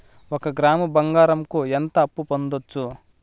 ఒక గ్రాము బంగారంకు ఎంత అప్పు పొందొచ్చు